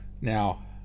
Now